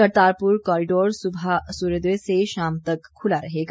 Kartarpur corridor सुबह सूर्योदय से शाम तक खुला रहेगा